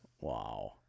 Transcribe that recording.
Wow